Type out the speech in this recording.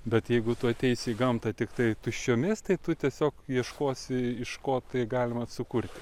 bet jeigu tu ateisi į gamtą tiktai tuščiomis tai tu tiesiog ieškosi iš ko tai galima sukurti